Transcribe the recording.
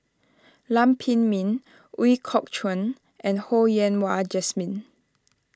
Lam Pin Min Ooi Kok Chuen and Ho Yen Wah Jesmine